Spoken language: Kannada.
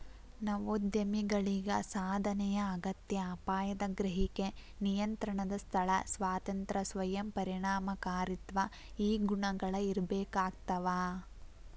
ನವೋದ್ಯಮಿಗಳಿಗ ಸಾಧನೆಯ ಅಗತ್ಯ ಅಪಾಯದ ಗ್ರಹಿಕೆ ನಿಯಂತ್ರಣದ ಸ್ಥಳ ಸ್ವಾತಂತ್ರ್ಯ ಸ್ವಯಂ ಪರಿಣಾಮಕಾರಿತ್ವ ಈ ಗುಣಗಳ ಇರ್ಬೇಕಾಗ್ತವಾ